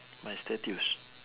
my statues